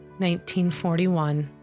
1941